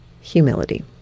humility